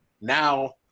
Now